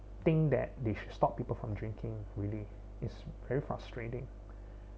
think that they should stop people from drinking really is very frustrating